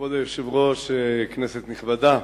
כבוד היושב-ראש, כנסת נכבדה,